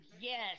Yes